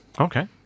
Okay